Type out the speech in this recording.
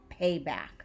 payback